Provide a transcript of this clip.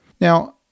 Now